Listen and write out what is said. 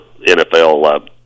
nfl